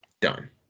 done